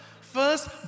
First